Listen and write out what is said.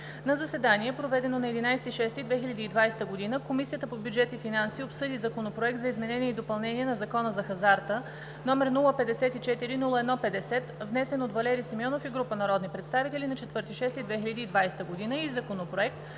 На заседание, проведено на 11 юни 2020 г., Комисията по бюджет и финанси обсъди Законопроект за изменение и допълнение на Закона за хазарта, № 054-01-50, внесен от Валери Симеонов и група народни представители на 4 юни 2020 г., и Законопроект